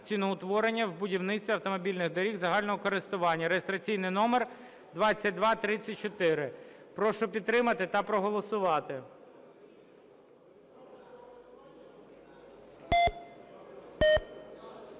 ціноутворення в будівництві автомобільних доріг загального користування (реєстраційний номер 2234). Прошу підтримати та проголосувати.